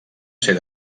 ser